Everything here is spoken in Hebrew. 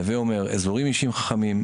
הווה אומר אזורים אישיים חכמים,